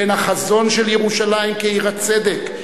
בין החזון של ירושלים כעיר הצדק,